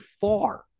far